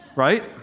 Right